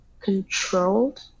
controlled